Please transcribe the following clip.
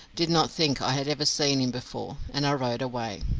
did not think i had ever seen him before, and i rode away.